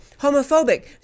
homophobic